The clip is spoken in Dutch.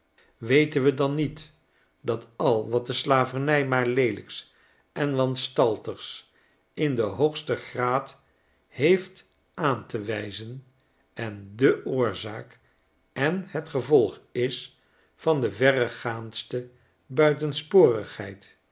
weten we dan niet dat al wat de slavernij maar leelijks en wanstaltigs in den hoogsten graad heeft aan te wijzen en de oorzaak en het gevolg is van de verregaandste buitensporigheid